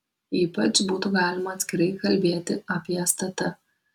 ypač būtų galima atskirai kalbėti apie stt